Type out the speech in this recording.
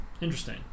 Interesting